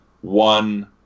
one